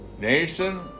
nation